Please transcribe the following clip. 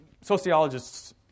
sociologists